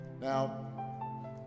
Now